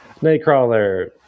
Nightcrawler